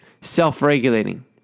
self-regulating